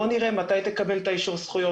בוא נראה מתי תקבל את אישור הזכויות.